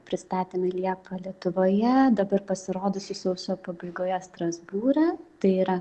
pristatėme liepą lietuvoje dabar pasirodusį sausio pabaigoje strasbūre tai yra